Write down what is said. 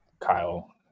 Kyle